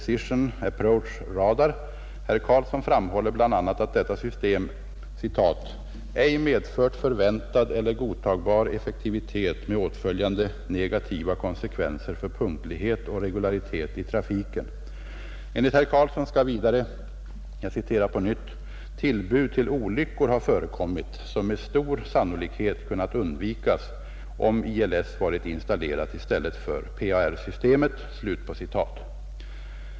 Herr Karlsson framhåller bl.a. att detta system ”ej medfört förväntad eller godtagbar effektivitet med åtföljande negativa konsekvenser för punktlighet och regularitet i trafiken”. Enligt herr Karlsson skall vidare ”tillbud till olyckor ha förekommit som med stor sannolikhet kunnat undvikas om ILS varit installerat i stället för PAR-systemet”.